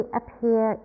appear